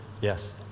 yes